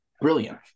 brilliant